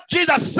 Jesus